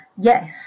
Yes